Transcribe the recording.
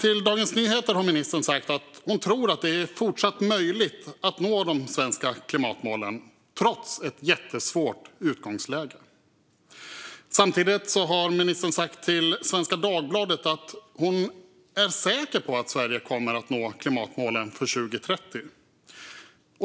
Till Dagens Nyheter har ministern sagt att hon tror att det är fortsatt möjligt att nå de svenska klimatmålen trots ett jättesvårt utgångsläge. Samtidigt har ministern till Svenska Dagbladet sagt att hon är säker på att Sverige kommer att nå klimatmålen för 2030.